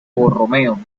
borromeo